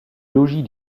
logis